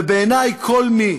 ובעיני, כל מי